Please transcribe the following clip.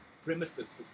premises